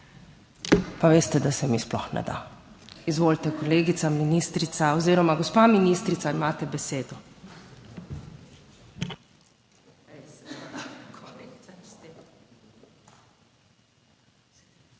Pa veste, da se mi sploh ne da. Izvolite, kolegica ministrica oziroma gospa ministrica, imate besedo.